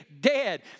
dead